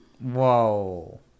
Whoa